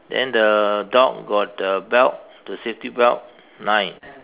then the dog got the belt the safety belt nine